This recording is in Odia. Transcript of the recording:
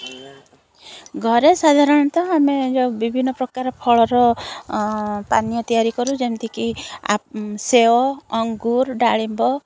ଘରେ ସାଧାରଣତଃ ଆମେ ଯେଉଁ ବିଭିନ୍ନ ପ୍ରକାର ଫଳର ପାନୀୟ ତିଆରି କରୁ ଯେମିତିକି ସେଓ ଅଙ୍ଗୁର ଡାଳିମ୍ବ